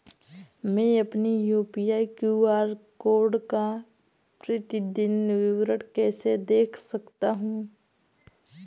मैं अपनी UPI QR code का प्रतीदीन विवरण कैसे देख सकता हूँ?